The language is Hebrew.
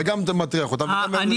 מטריח אותם.